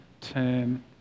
term